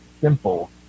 simple